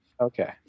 Okay